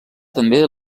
també